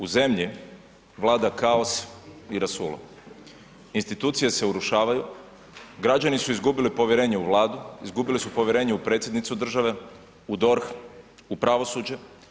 U zemlji vlada kaos i rasulo, institucije se urušavaju, građani su izgubili povjerenje u Vladu, izgubili su povjerenje u predsjednicu države, u DORH, u pravosuđe.